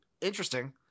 interesting